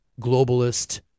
globalist